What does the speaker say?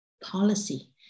policy